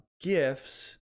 gifts